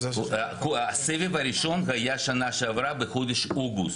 הסבב הראשון היה שנה שעברה בחודש אוגוסט.